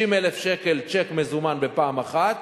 60,000 שקל צ'ק מזומן בפעם אחת,